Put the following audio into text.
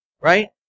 Right